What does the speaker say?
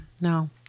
no